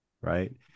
right